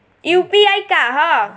UPI का ह?